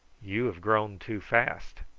you have grown too fast.